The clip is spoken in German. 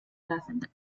lassen